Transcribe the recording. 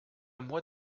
moi